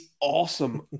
awesome